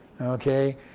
Okay